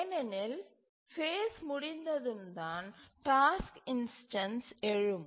ஏனெனில் ஃபேஸ் முடிந்ததும் தான் டாஸ்க் இன்ஸ்டன்ஸ்கள் எழும்